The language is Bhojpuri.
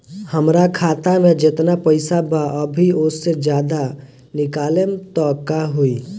हमरा खाता मे जेतना पईसा बा अभीओसे ज्यादा निकालेम त का होई?